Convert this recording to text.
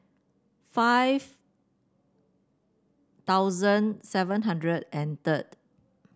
five thousand seven hundred and third